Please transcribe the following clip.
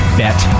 bet